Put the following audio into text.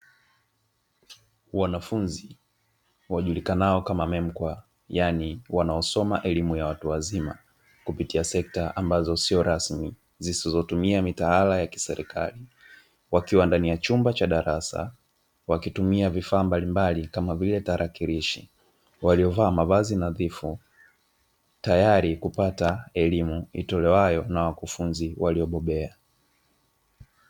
Wanafunzi wajulikanao kama "MEMKWA", yani wanaosoma elimu ya watu wazima kupitia sekta ambazo sio rasmi zisizotumia mitaala ya kiserikali, wakiwa ndani ya chumba cha darasa wakitumia vifaa mbalimbali kama vile tarakilishi, waliovaa mavazi nadhifu tayari kupata elimu itolewayo na wakufunzi waliobobea.